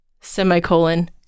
semicolon